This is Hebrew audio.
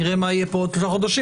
נראה מה יהיה פה עוד שלושה חודשים,